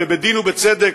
בדין ובצדק,